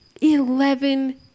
Eleven